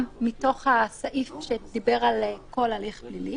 מתוך הסעיף שדיבר על כל הליך פלילי,